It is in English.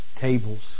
tables